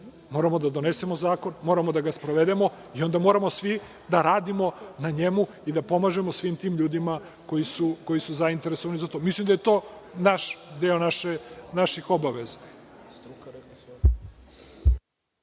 Moramo da donesemo zakon, moramo da ga sprovedemo i onda moramo svi da radimo na njemu i da pomažemo svim tim ljudima koji su zainteresovani za to. Mislim da je to deo naših obaveza.